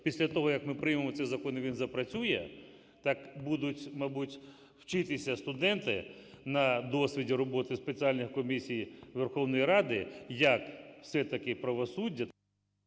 після того, як ми приймемо цей закон і він запрацює, так будуть, мабуть, вчитися студенти на досвіді роботи спеціальних комісій Верховної Ради, як все-таки правосуддя…